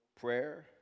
prayer